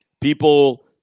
people